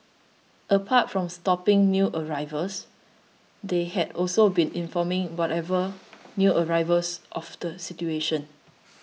apart from stopping new arrivals they had also been informing whatever new arrivals of the situation